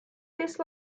these